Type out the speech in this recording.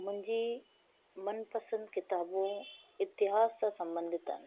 मुंहिंजी मनपसंद किताबूं इतिहास सां संबंधित आहिनि